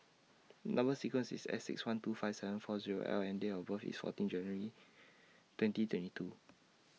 Number sequence IS S six one two five seven four Zero L and Date of birth IS fourteen February twenty twenty two